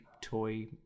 toy